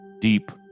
deep